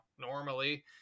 normally